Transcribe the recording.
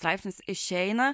straipsnis išeina